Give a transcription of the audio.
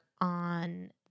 On